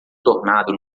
tornado